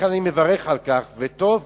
לכן אני מברך על כך, וטוב